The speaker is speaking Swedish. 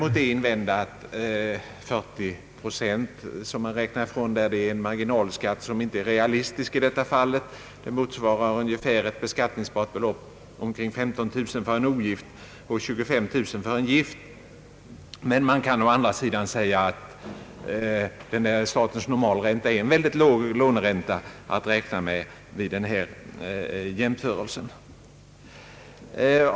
Man kan invända att de 40 procent som man räknar ifrån på normalräntan långt ifrån motsvarar den marginalskatt, som utgår i flertalet fall. En marginalskatt av 40 procent motsvarar ett beskattningsbart belopp om cirka 15 000 kronor för ogift och 25 000 kronor för gift. Å andra sidan kan man säga, att statens normalränta är en låg låneränta och att det alltså i och för sig är fördelaktigt att räkna med den vid denna jämförelse.